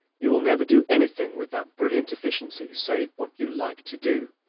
you will never do anything with that brilliant efficiency save what you like to do.